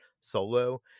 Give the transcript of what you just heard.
solo